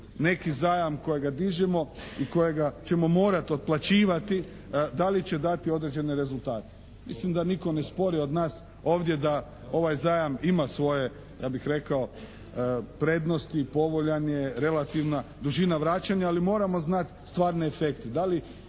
neki zajam kojega dižemo i kojega ćemo morat otplaćivati, da li će dati određene rezultate. Mislim da nitko ne spori od nas ovdje da ovaj zajam ima svoje ja bih rekao prednosti, povoljan je, relativna dužina vraćanja ali moramo znati stvarne efekte.